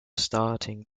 starting